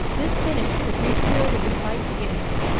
this finished, the brief period of respite begins.